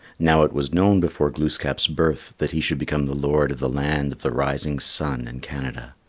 now it was known before glooskap's birth that he should become the lord of the land of the rising sun in canada.